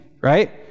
right